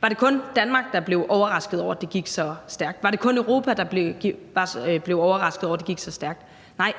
Var det kun Danmark, der blev overrasket over, at det gik så stærkt? Var det kun Europa, der blev overrasket over, at det gik så stærkt? Nej,